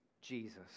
Jesus